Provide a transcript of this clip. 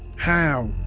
how?